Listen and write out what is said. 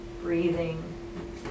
Breathing